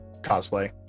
cosplay